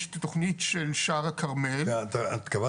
יש את התכנית של שער הכרמל --- התכוונת